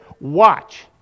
Watch